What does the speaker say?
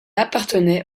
appartenait